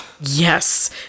Yes